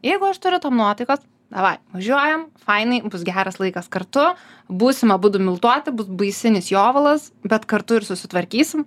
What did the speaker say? jeigu aš turiu tam nuotaikos davaj važiuojam fainai bus geras laikas kartu būsim abudu miltuoti bus baisinis jovalas bet kartu ir susitvarkysim